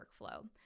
workflow